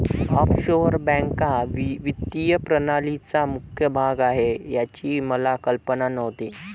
offshore बँका वित्तीय प्रणालीचा मुख्य भाग आहेत याची मला कल्पना नव्हती